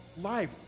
life